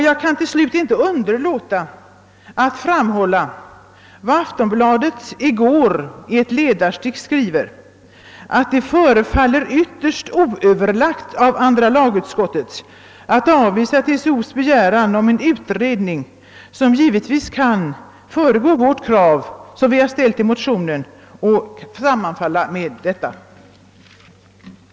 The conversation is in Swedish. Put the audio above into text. Jag kan till slut inte underlåta att framhålla vad Aftonbladet skrev i går i ett ledarstick, nämligen att det förefaller ytterst oöverlagt av andra lagutskottet att avvisa TCO:s begäran om en utredning — som givetvis kan föregå ett tillgodoseende av det krav som vi ställt i motionen.